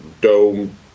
dome